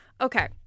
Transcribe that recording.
Okay